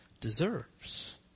deserves